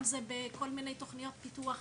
אם זה בכל מיני תוכניות פיתוח